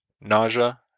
nausea